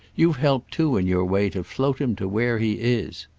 you've helped too in your way to float him to where he is.